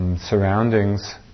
surroundings